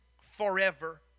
forever